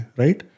right